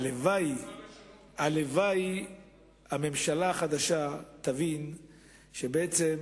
הלוואי שהממשלה החדשה תבין שבעצם